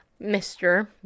Mr